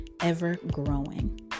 ever-growing